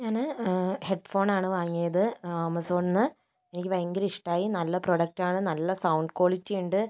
ഞാൻ ഹെഡ് ഫോണാണ് വാങ്ങിയത് ആമസോണിൽ നിന്ന് എനിക്ക് ഭയങ്കര ഇഷ്ടമായി നല്ല പ്രോഡക്റ്റാണ് നല്ല സൗണ്ട് ക്വാളിറ്റി ഉണ്ട്